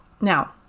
Now